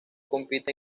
compite